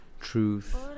truth